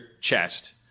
chest